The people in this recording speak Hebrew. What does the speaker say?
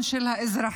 הביטחון של האזרחים.